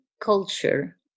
culture